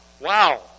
Wow